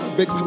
big